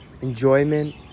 enjoyment